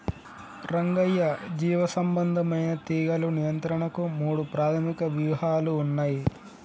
రంగయ్య జీవసంబంధమైన తీగలు నియంత్రణకు మూడు ప్రాధమిక వ్యూహాలు ఉన్నయి